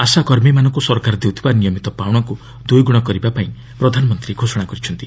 ଆଶା କର୍ମୀମାନଙ୍କୁ ସରକାର ଦେଉଥିବା ନିୟମିତ ପାଉଣାକୁ ଦୁଇଗୁଣ କରିବା ପାଇଁ ପ୍ରଧାନମନ୍ତ୍ରୀ ଘୋଷଣା କରିଛନ୍ତି